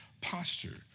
posture